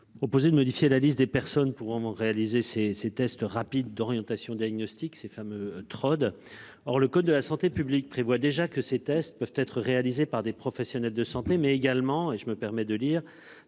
proposez de modifier la liste des personnes autorisées à réaliser ces tests rapides d'orientation diagnostique, les fameux Trod. Or le code de la santé publique prévoit déjà que ces tests peuvent être réalisés par des professionnels de santé, mais également « par du personnel